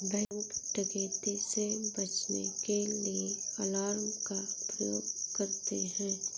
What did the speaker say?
bank डकैती से बचने के लिए अलार्म का प्रयोग करते है